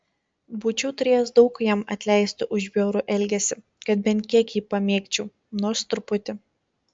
būčiau turėjęs daug jam atleisti už bjaurų elgesį kad bent kiek jį pamėgčiau nors truputį